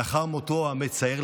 לאחר מותו המצער,